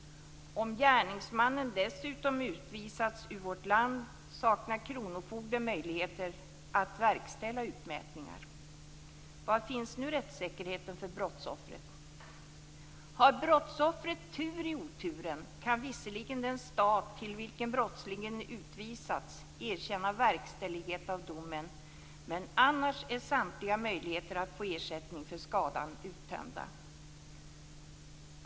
Om gärningsmannen dessutom utvisats ur vårt land saknar kronofogden möjligheter att verkställa utmätningar. Var finns nu rättssäkerheten för brottsoffret? Har brottsoffret tur i oturen, kan visserligen den stat till vilken brottslingen utvisats erkänna verkställighet av domen, men annars är samtliga möjligheter att få ersättning för skadan uttömda.